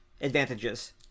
advantages